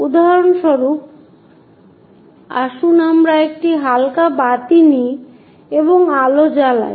উদাহরণস্বরূপ আসুন আমরা একটি হালকা বাতি নিই এবং আলো জ্বালাই